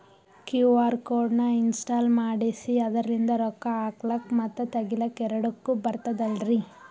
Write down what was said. QR code ನ install ಮಾಡೆಸಿ ಅದರ್ಲಿಂದ ರೊಕ್ಕ ಹಾಕ್ಲಕ್ಕ ಮತ್ತ ತಗಿಲಕ ಎರಡುಕ್ಕು ಬರ್ತದಲ್ರಿ?